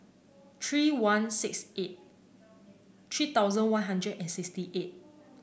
three one six eight three thousand One Hundred and sixty eight